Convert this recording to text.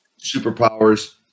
Superpowers